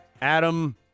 Adam